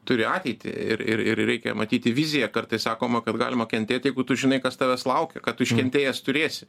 turi ateitį ir ir ir reikia matyti viziją kartais sakoma kad galima kentėt jeigu tu žinai kas tavęs laukia kad tu iškentėjęs turėsi